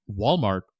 Walmart